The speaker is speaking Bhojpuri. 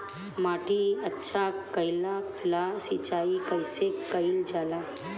माटी अच्छा कइला ला सिंचाई कइसे कइल जाला?